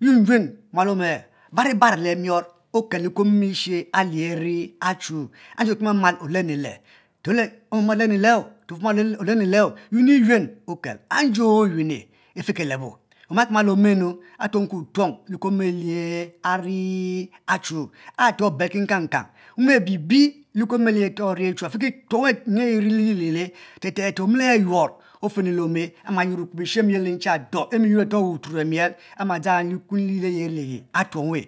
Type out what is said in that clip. yuen yuen mualuo e' barri barri le mior okel liku mom esilie ayi ari achuo ere ouki mal mal olenu le le omal mal olenu le yueni yuen okal anji oyuene ifiki lebo oma kimale le omeh nu atuonko tuong likun e'mom ayi achuo areto bel kangkang kang mome abi bi likun emom ayi ari achuo afi ki tuong weh nyin ayi irile liye ele te te te omile dou le amiyeh wuturo e'miel ama dzang likun liyel ayi are le yi a'tuong weh